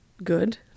good